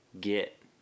get